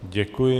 Děkuji.